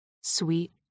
Sweet